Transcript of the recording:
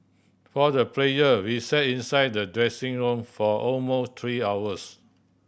for the players we sat inside the dressing room for almost three hours